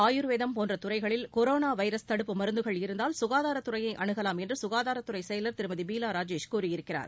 ஆயுர்வேதம் போன்ற துறைகளில் கொரோனா வைரஸ் தடுப்பு மருந்துகள் இருந்தால் சுகாதாரத்துறையை அனுகலாம் என்று சுகாதாரத்துறை செயலர் திருமதி பீலா ராஜேஷ் கூறியிருக்கிறார்